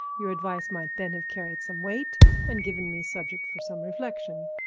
your advice might then have carried some weight and given me subject for some reflection.